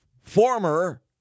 former